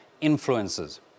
influences